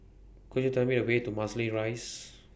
Could YOU Tell Me The Way to Marsiling Rise